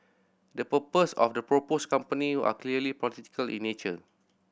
the purposes of the proposed company are clearly political in nature